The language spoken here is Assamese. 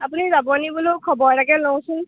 আপুনি যাব নি বোলো খবৰ এটাকে লওঁচোন